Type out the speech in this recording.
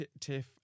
Tiff